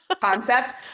concept